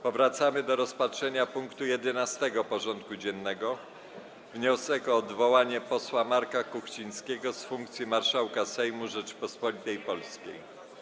Powracamy do rozpatrzenia punktu 11. porządku dziennego: Wniosek o odwołanie posła Marka Kuchcińskiego z funkcji marszałka Sejmu Rzeczypospolitej Polskiej.